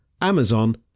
Amazon